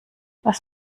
was